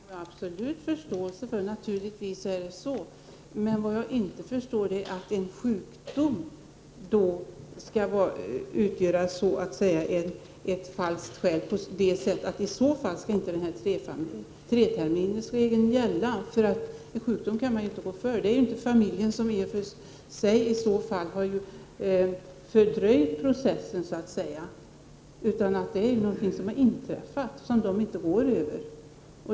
Fru talman! Just i den delen har jag absolut förståelse för statsrådets uppfattning; naturligtvis är det så. Men vad jag inte förstår är att en sjukdom skall utgöra ett falskt skäl som medför att treterminsregeln inte skall gälla. En sjukdom kan man ju inte rå för. Det är ju inte familjen som i så fall har fördröjt processen, utan sjukdomen är någonting som har inträffat, som man inte rår över.